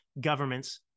government's